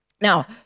Now